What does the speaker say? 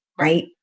right